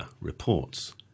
reports